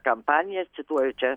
kampaniją cituoju čia